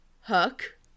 Hook